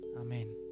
Amen